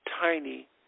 tiny